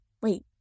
Wait